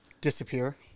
disappear